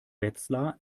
wetzlar